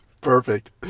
Perfect